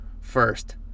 first